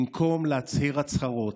במקום להצהיר הצהרות,